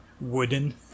wooden